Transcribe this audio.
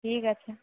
ঠিক আছে